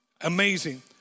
Amazing